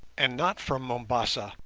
and not from mombassa,